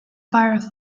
pirate